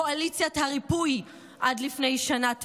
"קואליציית הריפוי" עד לפני שנה תמימה.